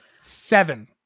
Seven